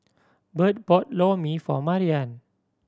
Bert bought Lor Mee for Marian